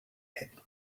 him